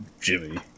Jimmy